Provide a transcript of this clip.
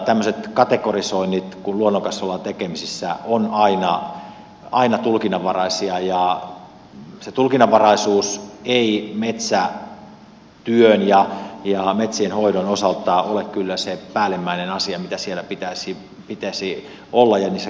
tämmöiset kategorisoinnit kun luonnon kanssa ollaan tekemisissä ovat aina tulkinnanvaraisia ja se tulkinnanvaraisuus ei metsätyön ja metsienhoidon osalta ole kyllä se päällimmäinen asia mitä siellä pitäisi olla ja niissä käsittelyissä noudattaa